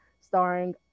starring